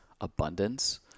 abundance